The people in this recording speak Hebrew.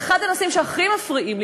ואחד הנושאים שהכי מפריעים לי,